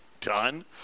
done